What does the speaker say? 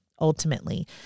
ultimately